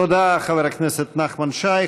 תודה, חבר הכנסת נחמן שי.